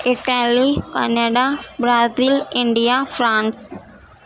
Italy Canada Brazil India France